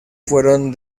fueron